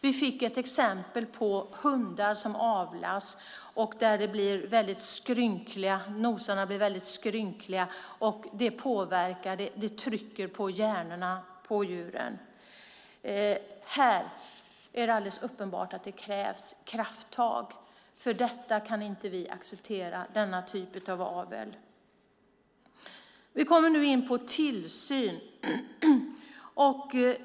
Vi fick ett exempel på hundar som avlas så att de får skrynkliga nosar, och det trycker på hjärnan på djuren. Här är det alldeles uppenbart att det krävs krafttag. Denna typ av avel kan vi inte acceptera. Vi kommer nu in på tillsyn.